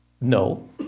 No